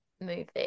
movie